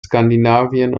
skandinavien